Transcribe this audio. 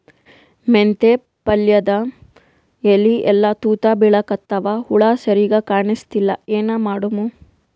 ಮೆಂತೆ ಪಲ್ಯಾದ ಎಲಿ ಎಲ್ಲಾ ತೂತ ಬಿಳಿಕತ್ತಾವ, ಹುಳ ಸರಿಗ ಕಾಣಸ್ತಿಲ್ಲ, ಏನ ಮಾಡಮು?